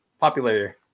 popular